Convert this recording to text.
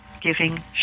giving